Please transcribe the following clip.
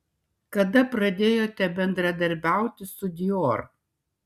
kada pradėjote bendradarbiauti su dior